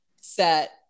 set